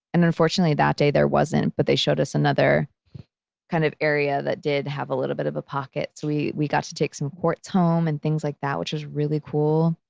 and unfortunately that day there wasn't. but they showed us another kind of area that did have a little bit of a pocket so we we got to take some quartz home and things like that, which was really cool.